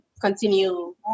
continue